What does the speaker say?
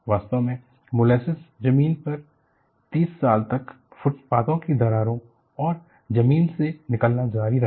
वास्तव में मोलेसेस जमीन पर 30 साल तक फुटपाथों के दरारों और जमीन से निकालना जारी रहा